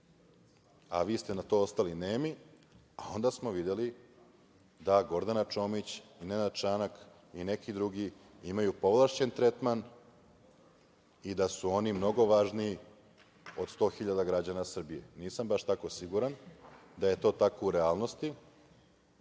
a vi ste na to ostali nemi. Onda smo videli da Gordana Čomić, Nenad Čanak i neki drugi imaju povlašćen tretman i da su oni mnogo važniji od 100 hiljada građana Srbije. Nisam baš tako siguran da je to tako u realnosti